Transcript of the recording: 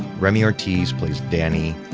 remy ortiz plays danny.